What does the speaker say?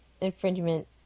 infringement